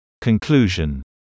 Conclusion